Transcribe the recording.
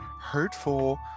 Hurtful